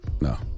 No